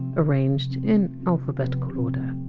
arranged in alphabetical order